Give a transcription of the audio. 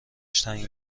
تنگ